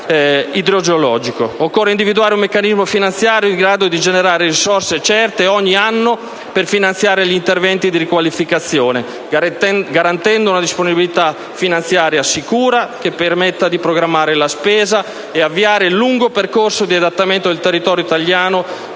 del rischio idrogeologico. Occorre individuare un meccanismo finanziario in grado di generare risorse certe ogni anno, per finanziare gli interventi di riqualificazione, garantendo una disponibilità finanziaria sicura, che permetta di programmare la spesa e avviare il lungo percorso di adattamento del territorio italiano